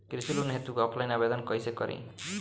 कृषि लोन हेतू ऑफलाइन आवेदन कइसे करि?